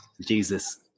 Jesus